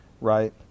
right